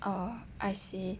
oh I see